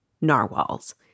narwhals